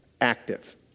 active